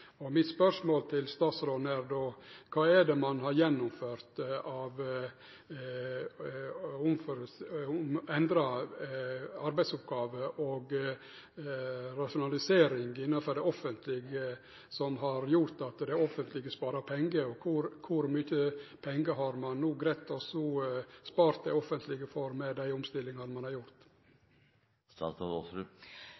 landet. Mitt spørsmål til statsråden er: Kva er det ein har gjennomført av endra arbeidsoppgåver og rasjonalisering innafor det offentlege som har gjort at det offentlege sparar pengar? Og kor mykje pengar har ein no greidd å spare det offentlege for med dei omstillingane ein har gjort?